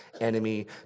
enemy